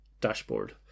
dashboard